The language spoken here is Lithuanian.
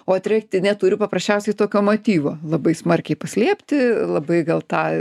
o treti neturi paprasčiausiai tokio motyvo labai smarkiai paslėpti labai gal tą